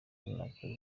runaka